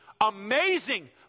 amazing